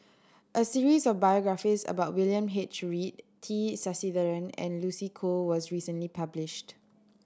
a series of biographies about William H Read T Sasitharan and Lucy Koh was recently published